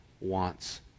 wants